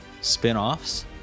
spin-offs